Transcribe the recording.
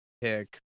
pick